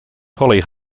polly